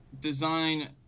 design